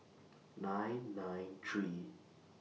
nine nine three